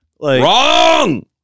Wrong